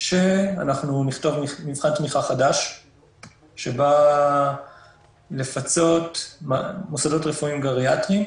שאנחנו נכתוב מבחן תמיכה חדש שבא לפצות מוסדות רפואיים-גריאטריים,